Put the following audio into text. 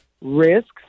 risks